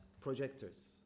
projectors